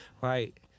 Right